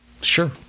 Sure